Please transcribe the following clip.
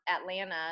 Atlanta